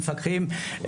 המפקחים,